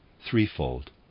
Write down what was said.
threefold